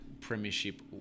premiership